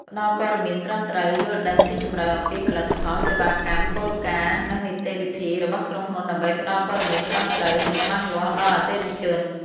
ផ្ដល់ព័ត៌មានត្រឹមត្រូវ យល់ដឹងស៊ីជម្រៅអំពីផលិតផល សេវាកម្ម គោលការណ៍ និងនីតិវិធីរបស់ក្រុមហ៊ុនដើម្បីផ្ដល់ព័ត៌មានត្រឹមត្រូវ និងច្បាស់លាស់ដល់អតិថិជន។